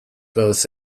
both